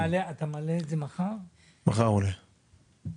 רוצה להקריא